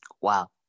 Wow